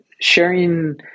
sharing